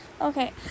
okay